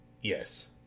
Yes